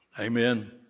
Amen